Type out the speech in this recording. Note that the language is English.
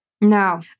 No